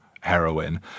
heroin